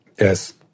Yes